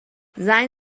زنگ